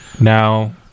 now